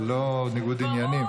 זה לא ניגוד עניינים.